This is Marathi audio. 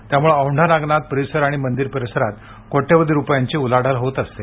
त्यामुळे औंढा नागनाथ परिसर आणि मंदिर परिसरात कोट्यवधी रुपयांची उलाढाल होत असते